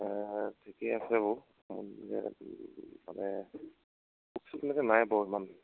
ঠিকেই আছে বাৰু মানে